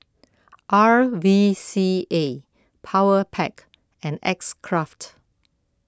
R V C A Powerpac and X Craft